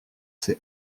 ces